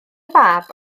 fab